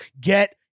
Get